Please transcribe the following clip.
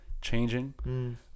changing